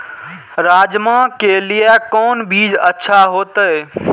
राजमा के लिए कोन बीज अच्छा होते?